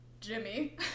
Jimmy